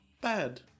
Bad